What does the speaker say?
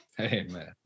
Amen